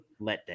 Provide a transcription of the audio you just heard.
letdown